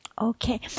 Okay